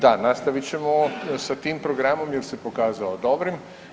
Da, nastavit ćemo s tim programom jer se pokazao dobrim.